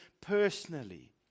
personally